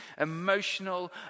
emotional